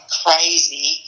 crazy